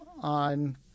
on